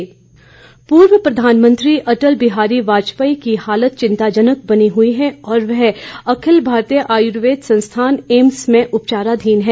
वाजपेयी पूर्व प्रधानमंत्री अटल बिहारी वाजपेयी की हालत चिंताजनक बनी हुई है और वह अखिल भारतीय आयुर्वेद संस्थान एम्स में उपचाराधीन हैं